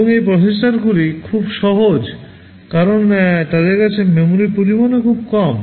এবং এই প্রসেসরগুলি খুব সহজ কারণ তাদের কাছে মেমরির পরিমাণও খুব কম